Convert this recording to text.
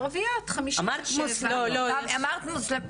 ערביות 57. אמרת מוסלמיות.